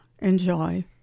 enjoy